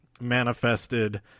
manifested